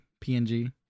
PNG